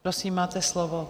Prosím, máte slovo.